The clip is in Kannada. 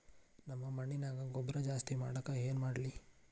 ನಮ್ಮ ಮಣ್ಣಿನ್ಯಾಗ ಗೊಬ್ರಾ ಜಾಸ್ತಿ ಮಾಡಾಕ ಏನ್ ಮಾಡ್ಲಿ?